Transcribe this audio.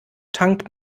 tankt